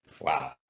Wow